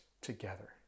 together